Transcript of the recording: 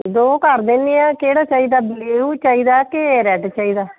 ਦੋ ਕਰ ਦਿੰਨਦੇ ਹਾਂ ਕਿਹੜਾ ਚਾਹੀਦਾ ਬਲਿਊ ਚਾਹੀਦਾ ਕਿ ਰੈਡ ਚਾਹੀਦਾ